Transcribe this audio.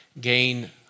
gain